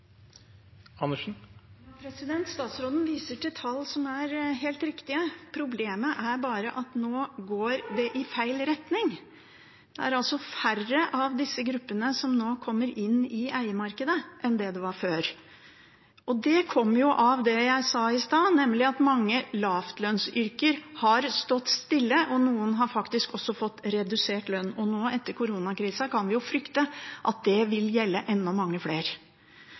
bare at nå går det i feil retning. Det er altså færre av disse gruppene som nå kommer inn i eiemarkedet enn hva det var før. Og det kommer av det jeg sa i stad, nemlig at mange lavtlønnsyrker har stått stille. Noen har faktisk også fått redusert lønn, og nå etter koronakrisen kan vi frykte at det vil gjelde enda mange flere.